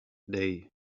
day